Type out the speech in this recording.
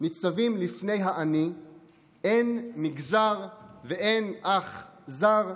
ניצבים לפני ה"אני"; אין מגזר ואין אח זר,